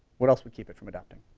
what else would keep it from adopting?